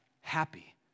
happy